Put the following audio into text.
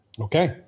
Okay